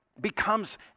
becomes